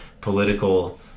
political